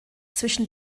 zwischen